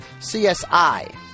CSI